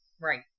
Right